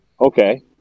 okay